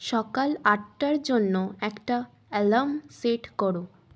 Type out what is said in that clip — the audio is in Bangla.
সকাল আটটার জন্য একটা অ্যালার্ম সেট করো